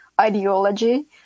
ideology